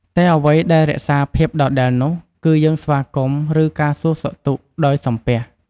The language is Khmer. តែអ្វីដែលរក្សាភាពដដែលនោះ គឺយើងស្វាគមន៍ ឬការសួរសុខទុក្ខដោយ "សំពះ"។